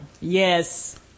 Yes